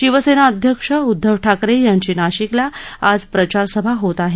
शिवसेना अध्यक्ष उद्धव ठाकरे यांची नाशिकला आज प्रचारसभा होत आहे